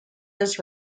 this